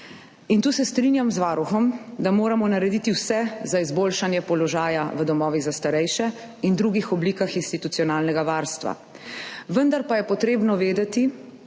Tu se strinjam z Varuhom, da moramo narediti vse za izboljšanje položaja v domovih za starejše in drugih oblikah institucionalnega varstva, vendar pa je potrebno vedeti,